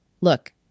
Look